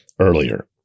earlier